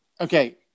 Okay